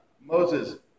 Moses